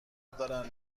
دارن